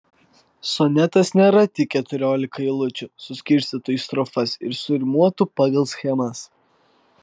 sonetas nėra tik keturiolika eilučių suskirstytų į strofas ir surimuotų pagal schemas